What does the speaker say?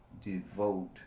devote